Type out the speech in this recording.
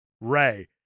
Ray